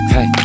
Hey